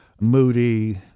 moody